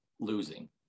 losing